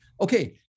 Okay